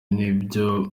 n’ibyo